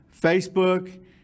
Facebook